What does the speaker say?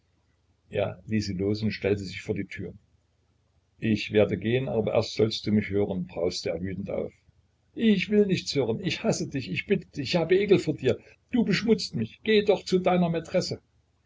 er ließ sie los und stellte sich vor die tür ich werde gehen aber erst sollst du mich hören brauste er wütend auf ich will nichts hören ich hasse dich ich bitte dich ich habe ekel vor dir du beschmutzt mich geh doch zu deiner maitresse